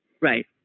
Right